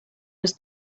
was